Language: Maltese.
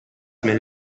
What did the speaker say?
żmien